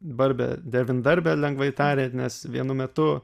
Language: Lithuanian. barbė devyndarbė lengvai tariant nes vienu metu